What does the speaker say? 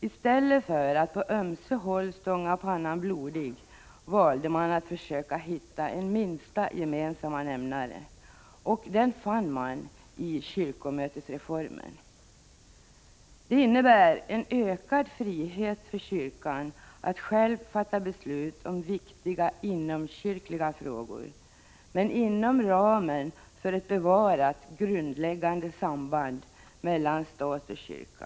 I stället för att på ömse håll stånga pannan blodig valde man att försöka hitta en minsta gemensamma nämnare. Den fann man i kyrkomötesreformen. Det innebär en ökad frihet för kyrkan att själv fatta beslut om viktiga inomkyrkliga frågor, men inom ramen för ett — Prot. 1985/86:31 bevarat grundläggande samband mellan stat och kyrka.